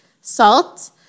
Salt